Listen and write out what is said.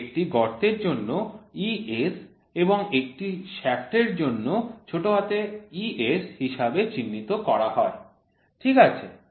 এটি একটি গর্তের জন্য ES এবং একটি শ্য়াফ্টের জন্য es হিসাবে চিহ্নিত করা হয় ঠিক আছে